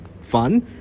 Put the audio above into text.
fun